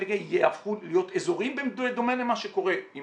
יהפכו להיות אזוריים בדומה למה שקורה עם